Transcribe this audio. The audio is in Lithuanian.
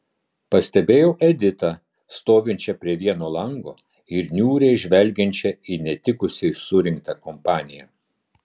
pastebėjau editą stovinčią prie vieno lango ir niūriai žvelgiančią į netikusiai surinktą kompaniją